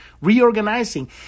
reorganizing